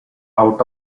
out